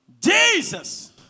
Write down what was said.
Jesus